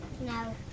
No